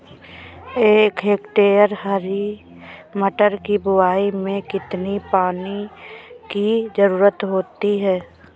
एक हेक्टेयर हरी मटर की बुवाई में कितनी पानी की ज़रुरत होती है?